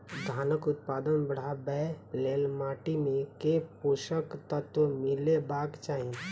धानक उत्पादन बढ़ाबै लेल माटि मे केँ पोसक तत्व मिलेबाक चाहि?